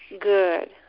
good